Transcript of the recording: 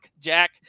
Jack